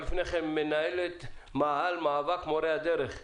אבל לפני כן מנהלת מאהל מאבק מורי הדרך,